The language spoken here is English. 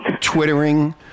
Twittering